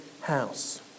house